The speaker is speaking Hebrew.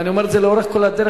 ואני אומר את זה לאורך כל הדרך,